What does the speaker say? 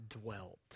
dwelt